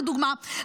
לדוגמה,